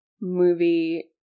movie